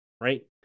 right